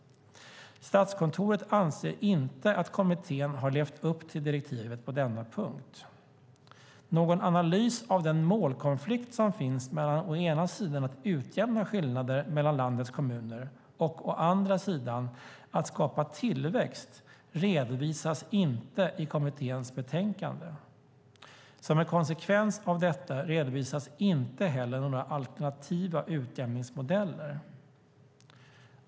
Statskontoret anser inte att kommittén har levt upp till direktivet på denna punkt. Någon analys av den målkonflikt som finns mellan å ena sidan att utjämna skillnader mellan landets kommuner och å andra sidan att skapa tillväxt redovisas inte i kommitténs betänkande. Som en konsekvens av detta redovisas inte heller några alternativa utjämningsmodeller.